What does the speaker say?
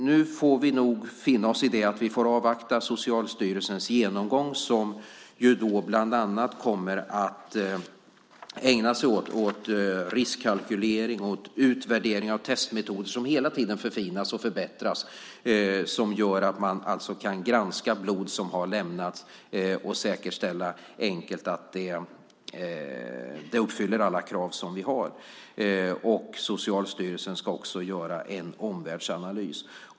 Nu får vi finna oss i att vi får avvakta Socialstyrelsens genomgång, som bland annat kommer att ägna sig åt riskkalkylering och utvärdering av testmetoder - som hela tiden förfinas och förbättras - så att blod kan granskas och det enkelt går att säkerställa att blodet uppfyller alla krav. Socialstyrelsen ska också göra en omvärldsanalys.